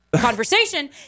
conversation